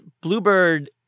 Bluebird